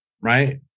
Right